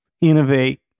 innovate